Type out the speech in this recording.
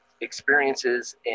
experiences